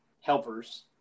helpers